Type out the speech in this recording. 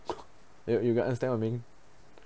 you you can understand what I mean